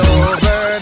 over